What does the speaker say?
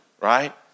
right